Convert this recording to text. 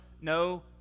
no